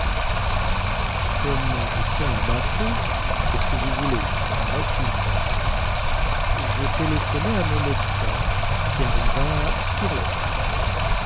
comme je tiens à ma peau quest ce que vous voulez on nen a quune je téléphonai à mon médecin qui arriva sur lheure